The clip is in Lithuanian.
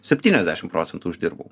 septyniasdešim procentų uždirbau